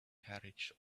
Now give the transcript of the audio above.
carriage